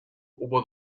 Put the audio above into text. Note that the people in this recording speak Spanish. hubo